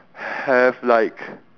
have like